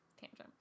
Tangent